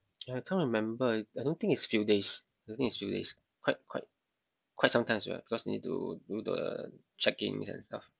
ya I can't remember I I don't think it's few days don't think it's few days quite quite quite sometime as well ya cause need to do the check-in and stuff